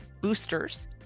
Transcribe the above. boosters